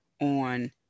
on